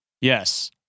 Yes